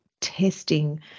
testing